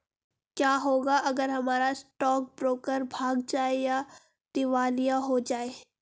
क्या होगा अगर हमारा स्टॉक ब्रोकर भाग जाए या दिवालिया हो जाये?